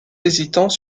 hésitant